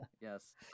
yes